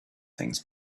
things